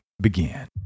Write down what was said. begin